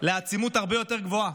לעצימות הרבה יותר גבוהה,